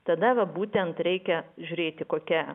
tada va būtent reikia žiūrėti kokia